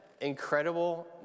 incredible